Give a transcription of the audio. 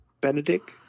Benedict